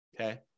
Okay